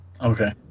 Okay